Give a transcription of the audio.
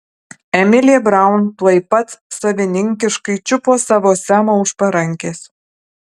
emilė braun tuoj pat savininkiškai čiupo savo semą už parankės